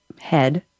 head